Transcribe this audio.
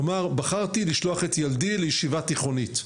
כלומר, בחרתי לשלוח את ילדי לישיבה תיכונית.